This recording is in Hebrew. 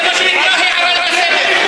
זה מה שנקרא הערה לסדר.